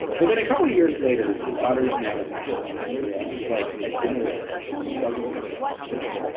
but then a couple of years later his daughter now is in fourth grade, and he's like at dinner with her and he's like struggling to make conversation.